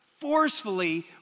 forcefully